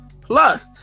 plus